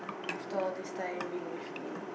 after all this time being with me